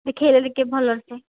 ଦେଖାଇଲେ ଟିକେ ଭଲସେ